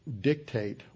dictate